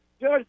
Judge